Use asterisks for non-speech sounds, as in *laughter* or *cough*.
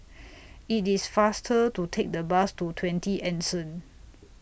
*noise* IT IS faster to Take The Bus to twenty Anson